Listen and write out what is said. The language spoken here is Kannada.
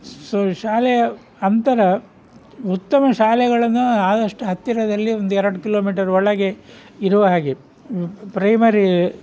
ಸ್ ಶಾಲೆಯ ಅಂತರ ಉತ್ತಮ ಶಾಲೆಗಳನ್ನು ಆದಷ್ಟು ಹತ್ತಿರದಲ್ಲಿ ಒಂದೆರಡು ಕಿಲೋಮೀಟರ್ ಒಳಗೆ ಇರುವ ಹಾಗೆ ಪ್ರೈಮರಿ